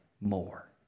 more